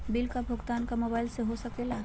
Bill का भुगतान का मोबाइलवा से हो सके ला?